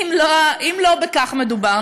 אם לא בכך מדובר,